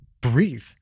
breathe